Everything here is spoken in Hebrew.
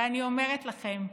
ואני אומרת לכם,